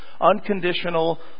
unconditional